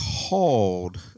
called